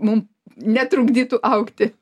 mum netrukdytų augti